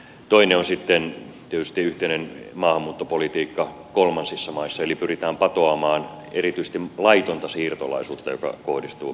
toinen on sitten tietysti yhteinen maahanmuuttopolitiikka kolmansissa maissa eli pyritään patoamaan erityisesti laitonta siirtolaisuutta joka kohdistuu eurooppaan